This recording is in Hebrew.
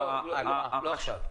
לא עכשיו.